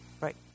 Right